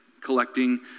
collecting